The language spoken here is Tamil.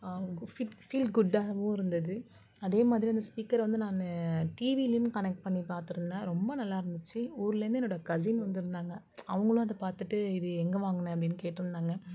ஃபீல் ஃபீல் குட்டாவும் இருந்தது அதேமாதிரி அந்த ஸ்பீக்கர் வந்து நான் டிவிலயும் கனெக்ட் பண்ணி பார்த்துருந்தன் ரொம்ப நல்லாருந்துச்சு ஊர்லேருந்து என்னோடய கசின் வந்திருந்தாங்க அவங்களும் அதை பார்த்துட்டு இது எங்கே வாங்கின அப்படின்னு கேட்டிருந்தாங்க